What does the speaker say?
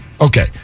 Okay